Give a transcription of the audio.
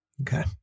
Okay